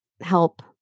help